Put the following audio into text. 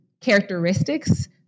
characteristics